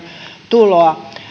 tuloa